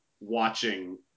watching